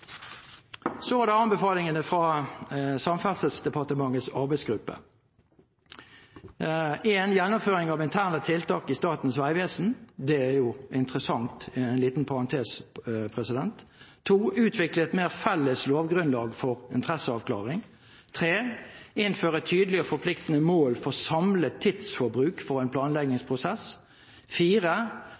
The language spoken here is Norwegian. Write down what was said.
Så kommer anbefalingene fra Samferdselsdepartementets arbeidsgruppe. De anbefaler gjennomføring av interne tiltak i Statens vegvesen. Det er jo interessant som en liten parentes. å utvikle et mer felles lovgrunnlag for interesseavklaring å innføre et tydelig og forpliktende mål for samlet tidsbruk for en planleggingsprosess